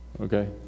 okay